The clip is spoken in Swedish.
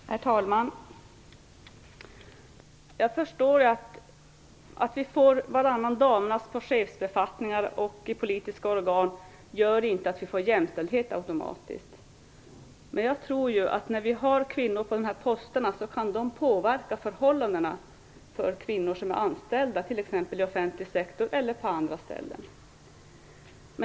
Herr talman! Att vi får varannan damernas på chefsbefattningar och i politiska organ gör inte att vi automatiskt får jämställdhet. Men när det finns kvinnor på dessa poster kan de påverka förhållandena för kvinnor som är anställda t.ex. i offentlig sektor eller på andra ställen.